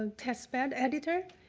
ah testbed editor,